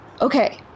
okay